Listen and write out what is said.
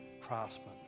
craftsmen